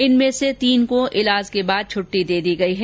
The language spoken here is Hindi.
इनमें से तीन को इलाज के बाद छट्टी दे दी गई है